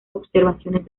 observaciones